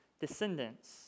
descendants